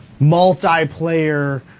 multiplayer